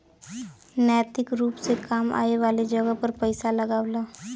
नैतिक रुप से काम आए वाले जगह पर पइसा लगावला